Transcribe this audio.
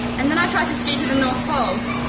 and then i tried to ski to the north pole,